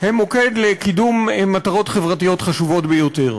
מוקד לקידום מטרות חברתיות חשובות ביותר: